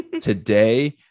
Today